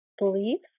beliefs